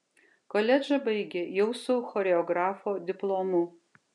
koledžą baigė jau su choreografo diplomu